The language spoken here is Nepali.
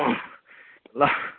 ल